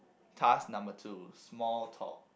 task number two small talk